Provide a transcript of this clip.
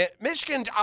Michigan